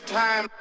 time